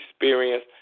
experience